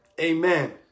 Amen